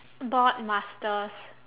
board masters